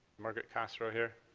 margaret castro here?